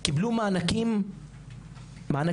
קיבלו מענקי עוני,